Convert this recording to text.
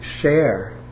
share